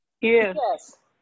Yes